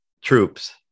troops